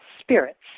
spirits